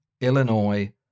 Illinois